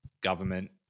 government